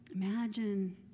Imagine